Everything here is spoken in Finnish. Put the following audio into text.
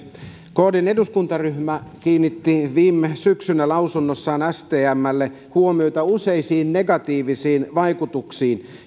kdn eduskuntaryhmä kiinnitti viime syksynä lausunnossaan stmlle huomiota useisiin negatiivisiin vaikutuksiin